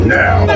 now